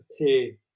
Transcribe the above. pay